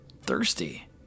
thirsty